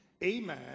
Amen